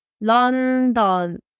London